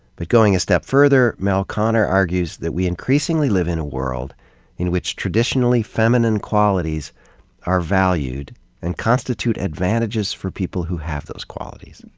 but going a step further, mel konner argues that we increasingly live in a world in which traditionally feminine qualities are valued and constitute advantages for people who have those qualities.